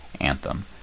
anthem